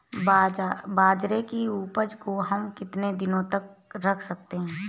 बाजरे की उपज को हम कितने दिनों तक रख सकते हैं?